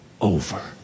over